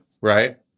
right